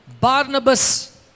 Barnabas